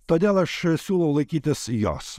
todėl aš siūlau laikytis jos